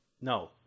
No